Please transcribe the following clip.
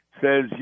says